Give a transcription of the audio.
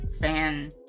fan